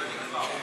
אני בא.